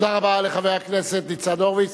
תודה רבה לחבר הכנסת ניצן הורוביץ.